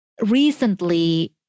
recently